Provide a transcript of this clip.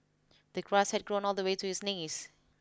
the grass had grown all the way to his knees